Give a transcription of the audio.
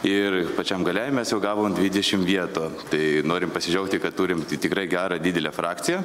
ir pačiam gale mes jau gavome dvidešim vietų tai norim pasidžiaugti kad turim ti tikrai gerą didelę frakciją